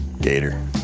Gator